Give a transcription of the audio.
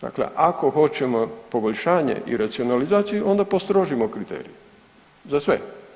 Dakle, ako hoćemo poboljšanje i racionalizaciju onda postrožimo kriterije za sve.